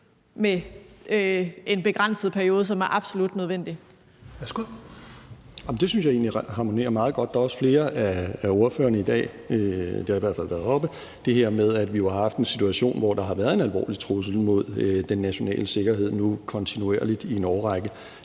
Justitsministeren (Nick Hækkerup): Jamen det synes jeg egentlig harmonerer meget godt. Der er også flere af ordførerne i dag, der har taget op – det har i hvert fald været oppe – at vi jo nu har haft en situation, hvor der har været en alvorlig trussel mod den nationale sikkerhed kontinuerligt i en årrække.